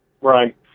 Right